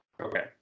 Okay